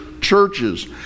churches